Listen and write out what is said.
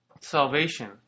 salvation